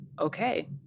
okay